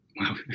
Wow